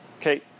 Okay